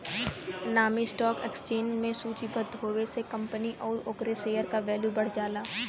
नामी stock exchange में सूचीबद्ध होये से कंपनी आउर ओकरे शेयर क वैल्यू बढ़ जाला